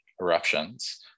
eruptions